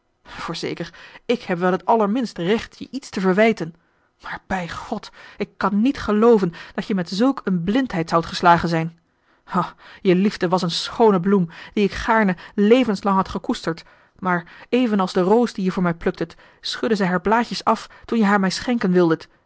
voorzeker ik heb wel het allerminst recht je iets te marcellus emants een drietal novellen verwijten maar bij god ik kan niet gelooven dat je met zulk een blindheid zoudt geslagen zijn o je liefde was een schoone bloem die ik gaarne levenslang had gekoesterd maar evenals de roos die je voor mij pluktet schudde zij haar blaadjes af toen je haar mij schenken wildet